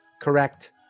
correct